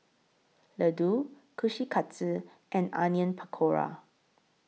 Ladoo Kushikatsu and Onion Pakora